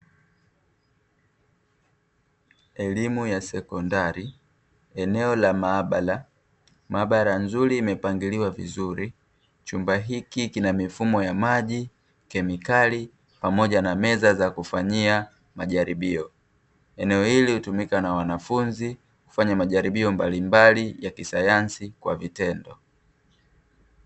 Elimu ya sekondari eneo la maabara, maabara imepangiliwa vizuri, chumba hiki kina mifumo ya maji, kemikali pamoja na meza za kufanyia majaribio. Eneo hili utumika na wanafunzi, kufanya majaribio mbalimbali ya sayansi kwa vitendo.